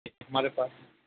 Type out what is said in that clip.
ہمارے پاس